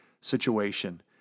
situation